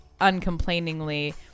uncomplainingly